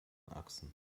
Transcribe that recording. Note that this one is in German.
achsen